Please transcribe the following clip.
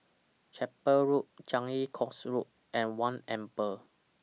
Chapel Road Changi Coast Road and one Amber